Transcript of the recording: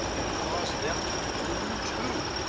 and caus'ed them to bloom, too!